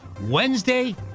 Wednesday